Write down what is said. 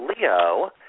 Leo